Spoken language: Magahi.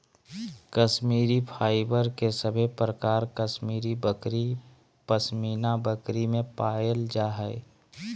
कश्मीरी फाइबर के सभे प्रकार कश्मीरी बकरी, पश्मीना बकरी में पायल जा हय